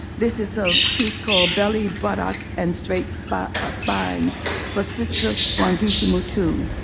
this is a piece called belly, buttocks, and straight spines ah spines for sister wangechi mutu.